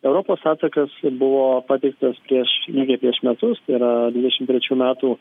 europos atsakas buvo pateiktas prieš lygiai prieš metus tai yra dvidešim trečių metų